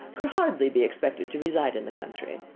could hardly be expected to reside in the country.